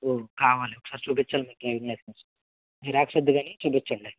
కావాలి ఒకసారి చూపించండి మీ డ్రైవింగ్ లైసెన్స్ జిరాక్స్ వద్దు కానీ చూపించండి